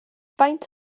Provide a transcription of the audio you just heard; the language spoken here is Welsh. faint